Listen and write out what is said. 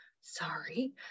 sorry